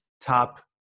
top